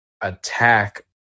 attack